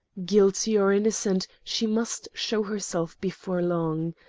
guilty or innocent, she must show herself before long.